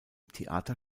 theater